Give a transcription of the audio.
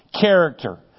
character